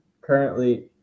currently